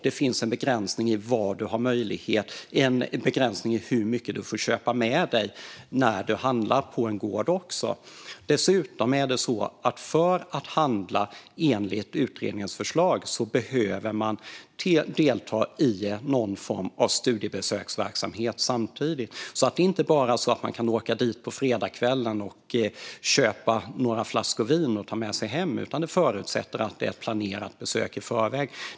Det finns också en begränsning i hur mycket du får köpa med dig när du handlar på en gård. För att kunna handla behöver man dessutom enligt utredningens förslag samtidigt delta i någon form av studiebesöksverksamhet. Man kan alltså inte bara åka dit på fredagskvällen och köpa några flaskor vin och ta med sig hem, utan det förutsätter att det är ett planerat besök i förväg.